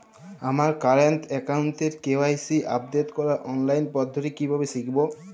আমার কারেন্ট অ্যাকাউন্টের KYC update করার অনলাইন পদ্ধতি কীভাবে শিখব?